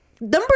number